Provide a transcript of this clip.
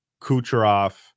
Kucherov